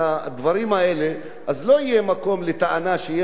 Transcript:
לא יהיה מקום לטענה שיש אפליה נגד מישהו,